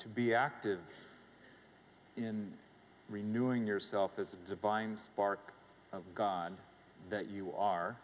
to be active in renu ing yourself as a divine spark of god that you are